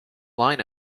line